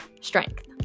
strength